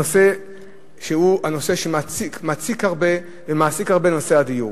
הנושא שמציק ומעסיק הרבה הוא נושא הדיור.